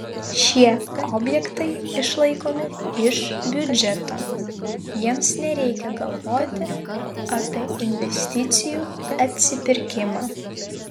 šie objektai išlaikomi iš biudžeto jiems nereikia galvoti apie investicijų atsipirkimą